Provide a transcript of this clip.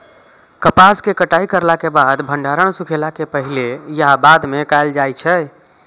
कपास के कटाई करला के बाद भंडारण सुखेला के पहले या बाद में कायल जाय छै?